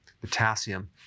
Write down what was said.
potassium